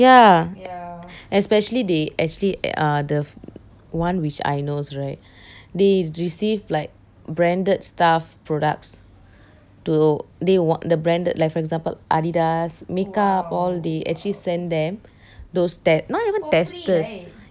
ya especially they actually uh the one which I knows right they receive like branded stuff products to they the branded like for example adidas makeup all they actually send them those test~ not even testers